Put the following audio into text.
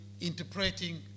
interpreting